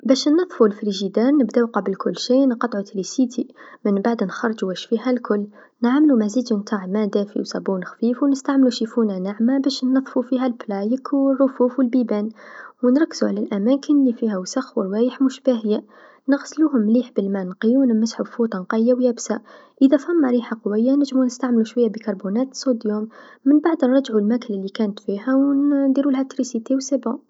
باش نظفو فريجيدان نبداو قبل كل شيء نقطعو تريسينتي، منبعد نخرجو واش فيها الكل، نعملو مزيج نتع ما دافي و صابون خفيف و نستعملو شيفون ناعمه باش نظفو فيها البلايك و الرفوف و البيبان و نركزو على الاماكن ليفيها وسخ و روايح مش باهيا ، نغسلوهم مليح بالما نقي و نمسحو فوطا نقيا و يابسا، إذا فما ريحا قويا نجمو نستعملو شويا بيكاربونات الصوديم، منبعد نرجعو الماكله لكانت فيها و نديرولها تريسينتي و خلاص.